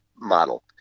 model